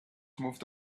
moved